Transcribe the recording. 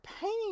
painting